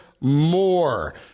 More